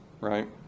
Right